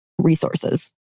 resources